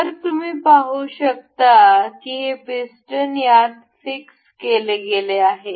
तर तुम्ही पाहु शकता की हे पिस्टन यात फिक्स केले गेले आहे